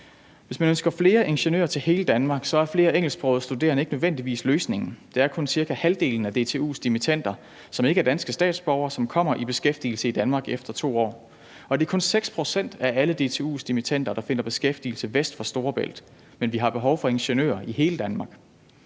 Hvis man ønsker flere ingeniører til hele Danmark, er flere engelsksprogede studerende ikke nødvendigvis løsningen. Det er kun cirka halvdelen af DTU's dimittender, der ikke er danske statsborgere, som kommer i beskæftigelse i Danmark efter 2 år, og det er kun 6 pct. af alle DTU's dimittender, der finder beskæftigelse vest for Storebælt, men vi har behov for ingeniører i hele Danmark.